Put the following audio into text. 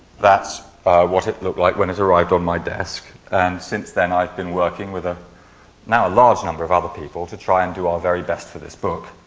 that's what it looked like when it arrived on my desk. and since then i've been working with ah now a large number of other people to try and do our vest best to this book,